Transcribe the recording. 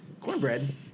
cornbread